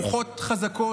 רוחות חזקות,